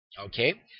Okay